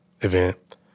event